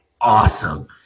awesome